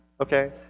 Okay